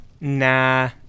Nah